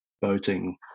boating